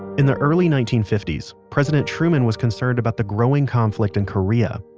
in the early nineteen fifty s, president truman was concerned about the growing conflict in korea,